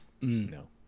no